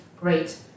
great